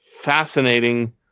fascinating